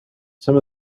some